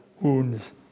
wounds